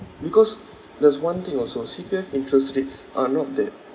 because there's one thing also C_P_F interest rates are not that